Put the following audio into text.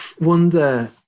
wonder